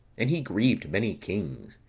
and he grieved many kings,